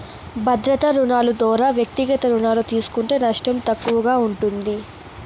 భద్రతా రుణాలు దోరా వ్యక్తిగత రుణాలు తీస్కుంటే నష్టం తక్కువగా ఉంటుంది